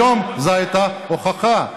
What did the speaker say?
היום זו הייתה ההוכחה.